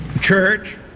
church